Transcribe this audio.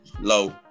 Low